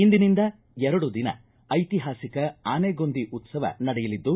ಇಂದಿನಿಂದ ಎರಡು ದಿನ ಐತಿಹಾಸಿಕ ಆನೆಗೊಂದಿ ಉತ್ಸವ ನಡೆಯಲಿದ್ದು